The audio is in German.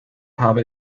habe